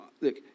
look